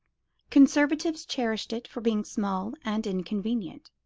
conservatives cherished it for being small and inconvenient,